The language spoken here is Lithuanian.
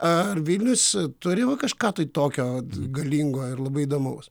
ar vilnius turi va kažką tai tokio galingo ir labai įdomaus